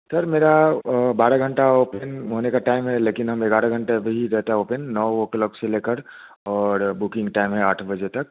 sir मेरा बारह घंटा ओपन होने का टाइम है लेकिन हम ग्यारह घंटे भी रहता है ओपन नौ ओ क्लॉक से लेकर और बुकिंग टाइम है आठ बजे तक